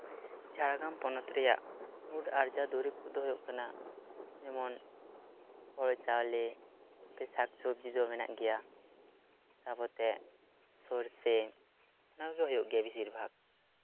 ᱡᱷᱟᱲᱜᱨᱟᱢ ᱯᱚᱱᱚᱛ ᱨᱮᱭᱟᱜ ᱢᱩᱲᱩᱫ ᱟᱨᱡᱟᱣ ᱫᱩᱨᱤᱵᱽ ᱠᱚᱫᱚ ᱦᱩᱭᱩᱜ ᱠᱟᱱᱟ ᱡᱮᱢᱚᱱ ᱦᱩᱲᱩ ᱪᱟᱣᱞᱮ ᱱᱚᱛᱮ ᱥᱟᱠ ᱥᱚᱵᱽᱡᱤ ᱫᱚ ᱢᱮᱱᱟᱜ ᱜᱮᱭᱟ ᱛᱟᱨᱯᱚᱛᱮ ᱥᱚᱨᱥᱮ ᱚᱱᱟ ᱠᱚᱜᱮ ᱦᱩᱭᱩᱜ ᱜᱮᱭᱟ ᱵᱮᱥᱤᱨ ᱵᱷᱟᱜᱽ